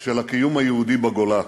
של הקיום היהודי בגולה.